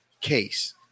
case